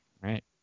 right